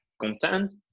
content